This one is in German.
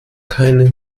keine